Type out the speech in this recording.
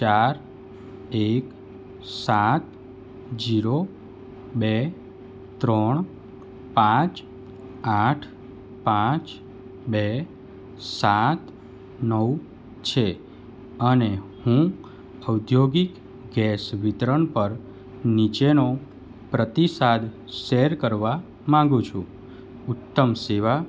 ચાર એક સાત ઝીરો બે ત્રણ પાંચ આઠ પાંચ બે સાત નવ છે અને હું ઔદ્યોગિક ગેસ વિતરણ પર નીચેનો પ્રતિસાદ શેર કરવા માંગુ છું ઉત્તમ સેવા